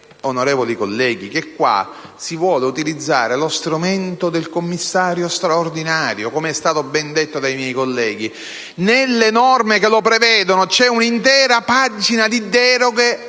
onorevoli colleghi, che si vuole utilizzare lo strumento del commissario straordinario, come è stato ben detto dai miei colleghi. Nelle norme che lo prevedono c'è un'intera pagina di deroghe